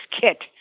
kit